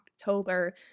October